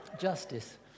Justice